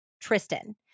Tristan